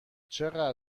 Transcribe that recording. چقدر